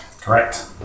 Correct